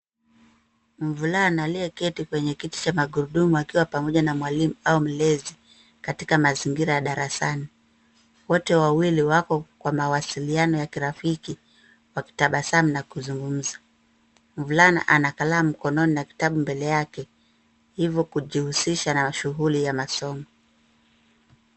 Mvulana aliyeketi kwenye kiti cha magurudumu akiwa pamoja na mwalimu, au mlezi, katika mazingira ya darasani. Wote wawili wako kwa mawasiliano ya kirafiki, wakitabasamu, na kuzungumza. Mvulana ako na kalamu mkononi, na kitabu mbele yake, hivyo kujihusisha na shughuli ya masomo.